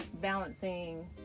balancing